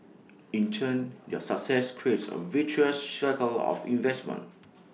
in turn their success creates A virtuous cycle of investments